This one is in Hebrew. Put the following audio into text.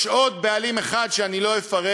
יש עוד בעלים אחד שאני לא אפרט